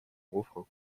refrain